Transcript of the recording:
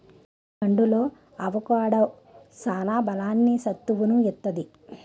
పండులో అవొకాడో సాన బలాన్ని, సత్తువును ఇత్తది